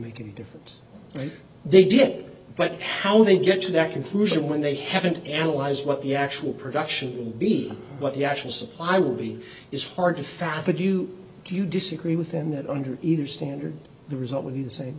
make any difference they did but how they get to that conclusion when they haven't analyzed what the actual production be but the actual supply will be is hard to fathom you do you disagree with them that under either standard the result would be the same